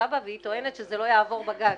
טוענת שזה לא יעבור בג"ץ.